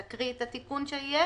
תקריא את התיקון שיהיה.